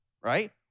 right